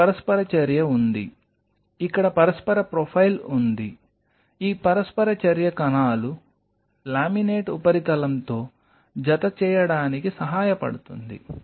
ఇక్కడ పరస్పర చర్య ఉంది ఇక్కడ పరస్పర ప్రొఫైల్ ఉంది ఈ పరస్పర చర్య కణాలు లామినేట్ ఉపరితలంతో జతచేయడానికి సహాయపడుతుంది